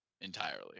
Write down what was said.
entirely